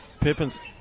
Pippin's